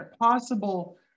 possible